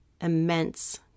immense